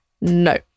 No